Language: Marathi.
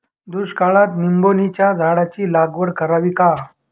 दुष्काळात निंबोणीच्या झाडाची लागवड करावी का?